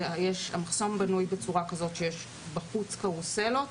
המחסום בנוי בצורה כזאת שבחוץ יש קרוסלות